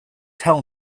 tell